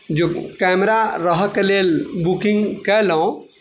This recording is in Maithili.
जे कमरा रहऽके लेल बुकिंग केलहुँ